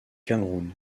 cameroun